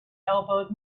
elbowed